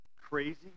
crazy